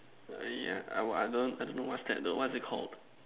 uh yeah I would I don't I don't know what's that though what is it called